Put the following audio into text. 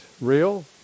real